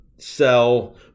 sell